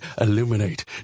illuminate